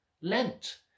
Lent